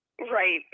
Right